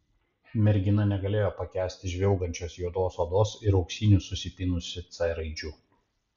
mergina negalėjo pakęsti žvilgančios juodos odos ir auksinių susipynusių c raidžių